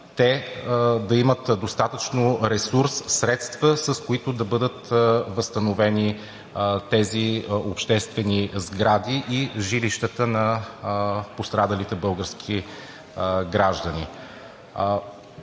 Те да имат достатъчно ресурс, средства, с които да бъдат възстановени тези обществени сгради и жилищата на пострадалите български граждани.